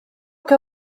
que